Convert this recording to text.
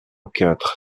quatre